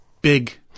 big